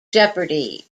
jeopardy